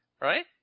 right